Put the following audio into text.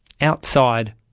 outside